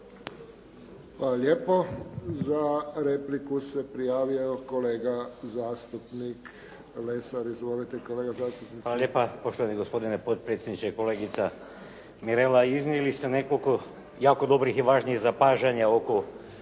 lijepo. Za repliku se prijavio kolega zastupnik Lesar. Izvolite kolega zastupniče. **Lesar, Dragutin (Nezavisni)** Hvala lijepa. Poštovani gospodine potpredsjedniče, kolegica Mirela iznijeli ste nekoliko jako dobrih i važnih zapažanja oko